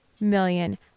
million